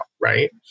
right